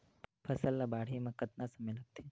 फसल ला बाढ़े मा कतना समय लगथे?